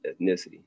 ethnicity